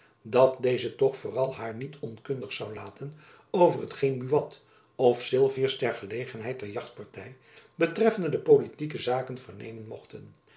dat deze toch vooral haar niet onkundig zoû laten van t geen buat of sylvius ter gelegenheid der jachtparty betreffende de politieke zaken vernemen mochten